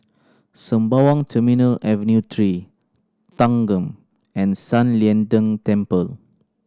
Sembawang Terminal Avenue Three Thanggam and San Lian Deng Temple